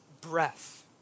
breath